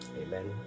amen